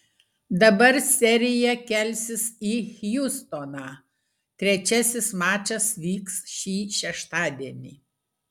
dabar serija kelsis į hjustoną trečiasis mačas vyks šį šeštadienį